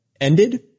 ended